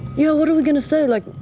yeah, what are we going to say? like,